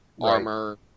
armor